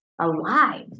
alive